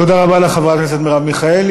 תודה רבה לחברת הכנסת מרב מיכאלי.